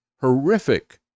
horrific